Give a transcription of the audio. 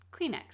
Kleenex